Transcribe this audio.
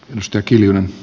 musta kiljunen